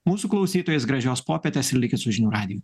mūsų klausytojais gražios popietės ir likit su žinių radiju